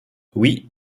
oui